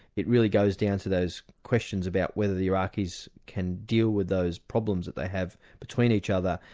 it really goes down to those questions about whether the iraqis can deal with those problems that they have between each other,